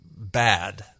Bad